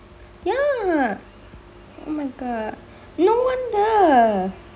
ya oh my god no wonder